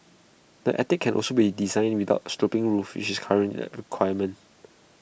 the attic can also be designed without A sloping roof which is currently A requirement